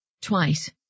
Twice